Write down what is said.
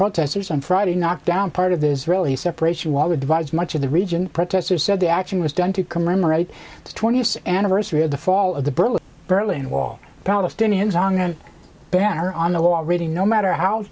protesters on friday knocked down part of the israeli separation wall advise much of the region protesters said the action was done to commemorate the twentieth anniversary of the fall of the berlin berlin wall palestinians on that banner on the already no matter how